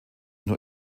nur